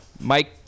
Mike